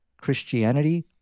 Christianity